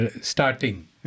starting